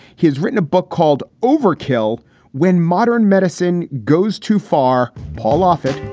has written a book called overkill when modern medicine goes too far. paul off it.